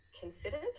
considered